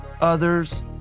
others